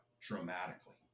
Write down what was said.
dramatically